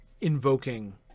invoking